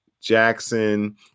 Jackson